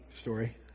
story